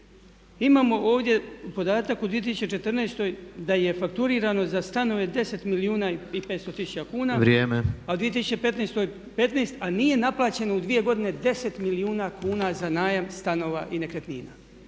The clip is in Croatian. Imamo ovdje podatak u 2014.da je fakturirano za stanove 10 milijuna i 500 tisuća kuna …/Upadica Tepeš:Vrijeme/… a u 2015. 15 a nije naplaćeno u 2 godine 10 milijuna kuna za najam stanova i nekretnina.